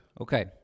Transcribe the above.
Okay